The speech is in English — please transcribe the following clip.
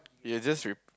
you're just re~